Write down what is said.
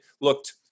looked